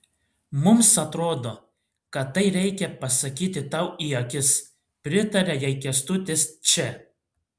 mums atrodo kad tai reikia pasakyti tau į akis pritarė jai kęstutis č